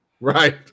Right